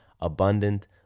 Abundant